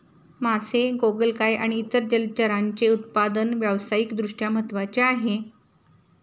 मासे, गोगलगाय आणि इतर जलचरांचे उत्पादन व्यावसायिक दृष्ट्या महत्त्वाचे आहे